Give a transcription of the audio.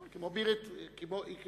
כמו בירעם ואקרית.